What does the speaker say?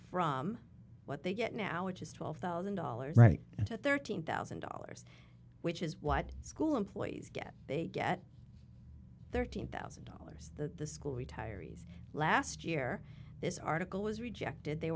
for what they get now which is twelve thousand dollars right at thirteen thousand dollars which is what school employees get thirteen thousand dollars the school retirees last year this article was rejected they